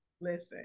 Listen